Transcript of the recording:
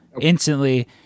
instantly